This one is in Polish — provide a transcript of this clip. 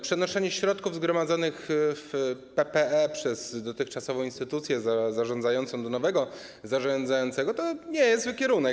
Przenoszenie środków zgromadzonych w PPE przez dotychczasową instytucję zarządzającą do nowego zarządzającego to nie jest zły kierunek.